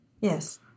Yes